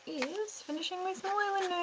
is finishing my small island